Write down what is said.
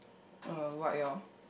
uh white lor